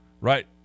right